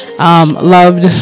Loved